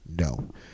no